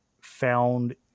found